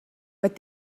but